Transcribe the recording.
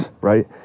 right